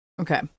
Okay